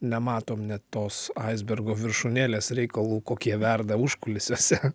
nematom net tos aisbergo viršūnėlės reikalų kokie verda užkulisiuose